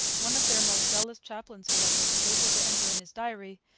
one of their most zealous chaplains, however, was able to enter in his diary,